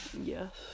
Yes